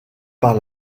par